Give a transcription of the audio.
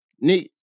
Nick